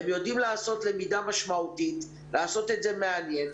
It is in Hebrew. והם יודעים לעשות למידה משמעותית ולעשות את זה מעניין,